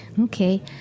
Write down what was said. okay